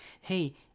hey